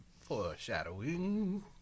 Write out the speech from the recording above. Foreshadowing